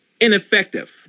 ineffective